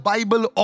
Bible